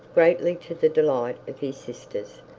greatly to the delight of his sisters,